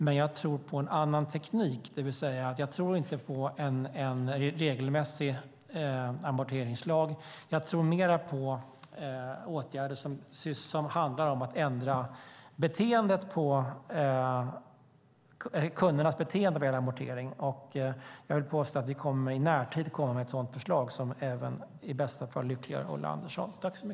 Jag tror dock på en annan teknik, det vill säga, jag tror inte på en regelmässig amorteringslag, utan jag tror mer på åtgärder som handlar om att ändra kundernas beteende vad gäller amortering, och jag vill påstå att vi i närtid kommer att komma med ett sådant förslag som i bästa fall lyckliggör även Ulla Andersson.